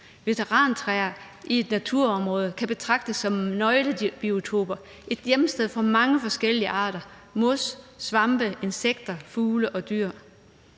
Veterantræer i et naturområde kan betragtes som nøglebiotoper – et hjemsted for mange forskellige arter: mos, svampe, insekter, fugle og dyr.